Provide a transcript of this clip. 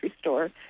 store